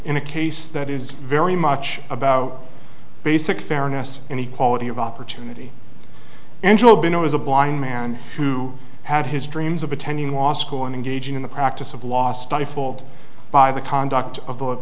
in a case that is very much about basic fairness and equality of opportunity and job you know as a blind man who had his dreams of attending law school and engaging in the practice of law stifled by the conduct of the